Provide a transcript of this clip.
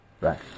right